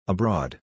Abroad